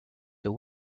the